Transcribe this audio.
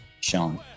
Sean